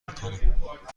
میکنم